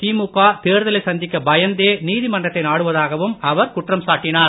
திமுக தேர்தலை சந்திக்க பயந்தே நீதிமன்றத்தை நாடுவதாகவும் அவர் குற்றம் சாட்டினார்